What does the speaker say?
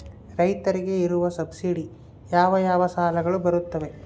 ರೈತರಿಗೆ ಇರುವ ಸಬ್ಸಿಡಿ ಯಾವ ಯಾವ ಸಾಲಗಳು ಬರುತ್ತವೆ?